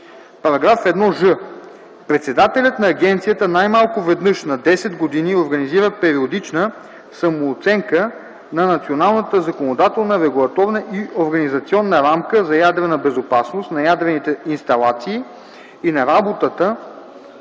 г. § 1ж. Председателят на агенцията най-малко веднъж на 10 години организира периодична самооценка на националната законодателна, регулаторна и организационна рамка за ядрена безопасност на ядрените инсталации и на работата